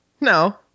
No